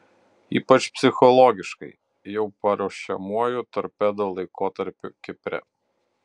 ypač psichologiškai jau paruošiamuoju torpedo laikotarpiu kipre